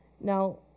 Now